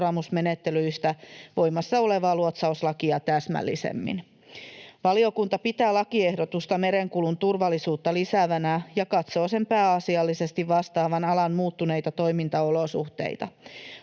seuraamusmenettelyistä voimassa olevaa luotsauslakia täsmällisemmin. Valiokunta pitää lakiehdotusta merenkulun turvallisuutta lisäävänä ja katsoo sen pääasiallisesti vastaavan alan muuttuneita toimintaolosuhteita.